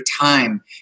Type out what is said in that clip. time